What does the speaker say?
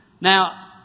Now